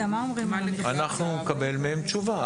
אנחנו נקבל מהם תשובה,